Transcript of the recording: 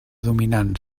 dominant